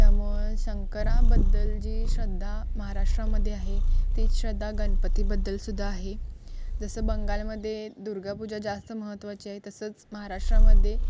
त्यामुळं शंकराबद्दल जी श्रद्धा महाराष्ट्रामध्ये आहे तीच श्रद्धा गणपतीबद्दलसुद्धा आहे जसं बंगालमध्ये दुर्गापूजा जास्त महत्त्वाची आहे तसंच महाराष्ट्रामध्ये